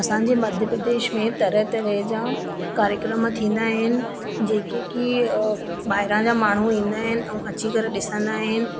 असांजे मध्यप्रदेश में तरह तरह जा कार्यक्रम थींदा आहिनि जेके कि ॿाहिरां जा माण्हू ईंदा आहिनि ऐं अची करे ॾिसंदा आहिनि